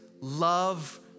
love